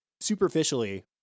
Superficially